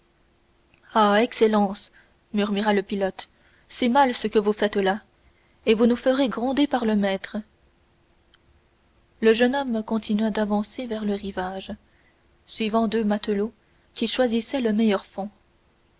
excellence murmura le pilote c'est mal ce que vous faites là et vous nous ferez gronder par le maître le jeune homme continua d'avancer vers le rivage suivant deux matelots qui choisissaient le meilleur fond